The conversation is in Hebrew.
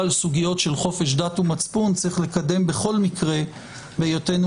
סוגיות של חופש דת ומצפון צריך לקדם בכל מקרה בהיותנו